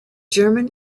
german